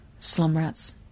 Slumrats